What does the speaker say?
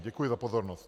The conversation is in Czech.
Děkuji za pozornost.